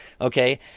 Okay